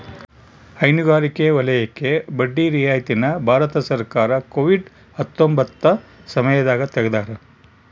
ಹೈನುಗಾರಿಕೆ ವಲಯಕ್ಕೆ ಬಡ್ಡಿ ರಿಯಾಯಿತಿ ನ ಭಾರತ ಸರ್ಕಾರ ಕೋವಿಡ್ ಹತ್ತೊಂಬತ್ತ ಸಮಯದಾಗ ತೆಗ್ದಾರ